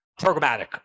Programmatic